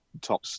top